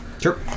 Sure